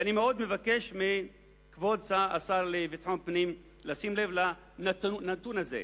ואני מאוד מבקש מכבוד השר לביטחון הפנים לשים לב לנתון הזה: